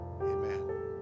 Amen